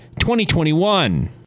2021